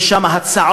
יש שם הצעות.